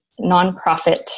nonprofit